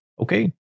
Okay